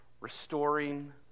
restoring